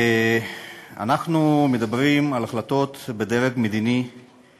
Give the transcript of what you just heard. אנחנו מדברים על החלטות בדרג המדיני שלפיהן